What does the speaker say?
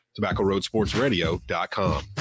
TobaccoRoadSportsRadio.com